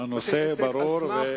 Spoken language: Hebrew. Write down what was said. הנושא ברור,